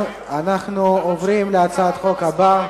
בעד,